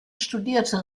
studierte